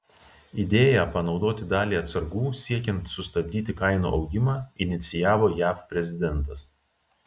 idėją panaudoti dalį atsargų siekiant sustabdyti kainų augimą inicijavo jav prezidentas